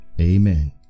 Amen